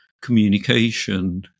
communication